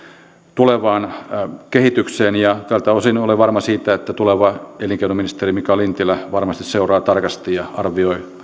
tulevaan kehitykseen tältä osin olen varma siitä että tuleva elinkeinoministeri mika lintilä varmasti seuraa tarkasti ja arvioi